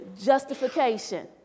justification